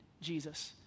Jesus